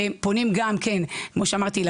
כמו שאמרתי,